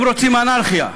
הם רוצים אנרכיה,